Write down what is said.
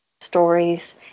stories